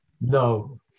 No